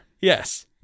yes